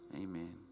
amen